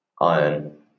iron